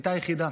הייתה היחידה.